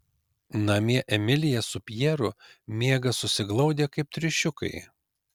namie emilija su pjeru miega susiglaudę kaip triušiukai